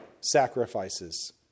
sacrifices